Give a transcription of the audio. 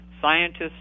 Scientists